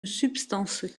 substance